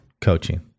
coaching